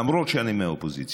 למרות שאני מהאופוזיציה.